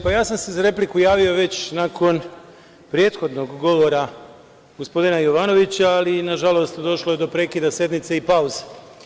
Javio sam se za repliku već nakon prethodnog govora gospodina Jovanovića, ali, nažalost, došlo je do prekida sednice i pauze.